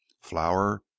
Flour